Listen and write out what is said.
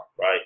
right